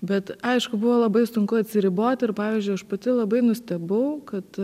bet aišku buvo labai sunku atsiriboti ir pavyzdžiui aš pati labai nustebau kad